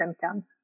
symptoms